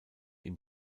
ihm